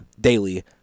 daily